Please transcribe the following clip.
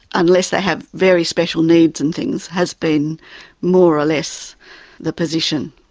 unless they have very special needs and things, has been more or less the position.